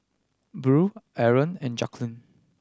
Buell Arron and Jacklyn